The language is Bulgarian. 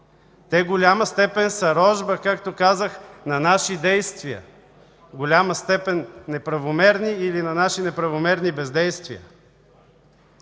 в голяма степен са рожба, както казах, на наши действия, в голяма степен – неправомерни, или на наши неправомерни бездействия.